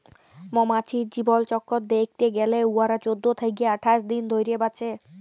মমাছির জীবলচক্কর দ্যাইখতে গ্যালে উয়ারা চোদ্দ থ্যাইকে আঠাশ দিল ধইরে বাঁচে